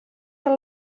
que